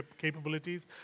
capabilities